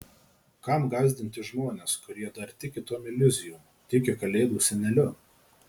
kam gąsdinti žmones kurie dar tiki tom iliuzijom tiki kalėdų seneliu